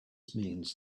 means